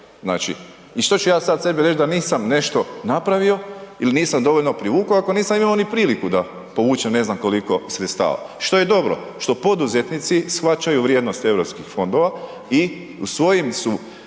Znači i što ću ja sada sebi reći da nisam nešto napravio ili nisam dovoljno privukao ako nisam imao ni priliku da povučem ne znam koliko sredstava. Što je dobro, što poduzetnici shvaćaju vrijednost europskih fondova i u svojim su